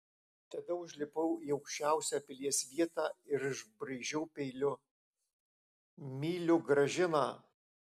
tada užlipau į aukščiausią pilies vietą ir išbraižiau peiliu myliu gražiną